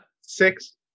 six